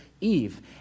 Eve